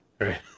Right